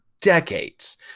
decades